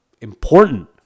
important